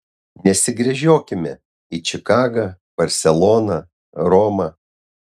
nesigręžiokime į čikagą barseloną romą